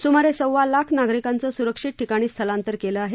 सुमारे सव्वा लाख नागरिकांच सुरक्षित ठिकाणी स्थलांतर केलं आहे